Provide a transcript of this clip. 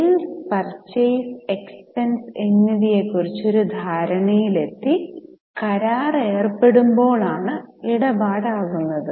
sales purchase expense എന്നിവയെ കുറിച്ച് ഒരു ധാരണയിലെത്തി കരാറിൽ ഏർപ്പെടുമ്പോൾ ആണ് ഇടപാട് ആകുന്നത്